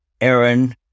Aaron